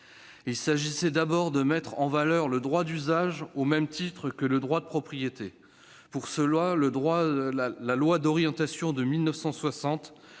Il s'agissait d'abord de mettre en valeur le droit d'usage au même titre que le droit de propriété. À cette fin, la loi d'orientation de 1960